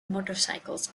motorcycles